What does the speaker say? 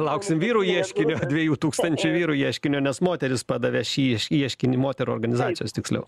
lauksim vyrų ieškinio dviejų tūkstančių vyrų ieškinio nes moterys padavė šį ieškinį moterų organizacijos tiksliau